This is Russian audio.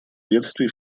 бедствий